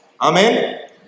Amen